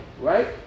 right